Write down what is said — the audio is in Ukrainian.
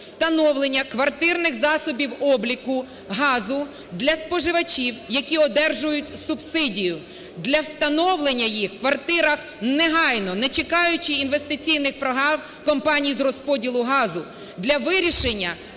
встановлення квартирних засобів обліку газу для споживачів, які одержують субсидію для встановлення їх в квартирах негайно, не чекаючи інвестиційних прогав компанії з розподілу газу для вирішення